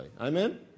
Amen